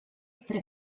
tre